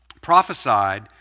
prophesied